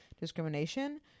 Discrimination